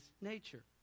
nature